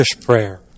prayer